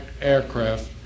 aircraft